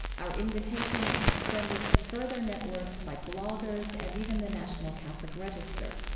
our invitation was extended to further networks by bloggers and even the national catholic register.